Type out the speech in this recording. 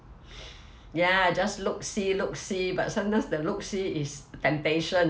ya just look see look see but sometimes the look see is temptation